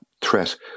threat